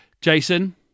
jason